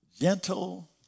Gentle